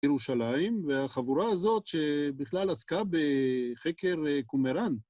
ירושלים, והחבורה הזאת שבכלל עסקה בחקר קומראן.